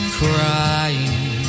crying